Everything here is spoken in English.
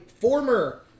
former